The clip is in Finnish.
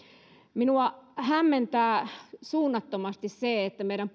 minua hämmentää suunnattomasti se että meidän